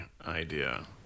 idea